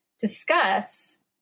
discuss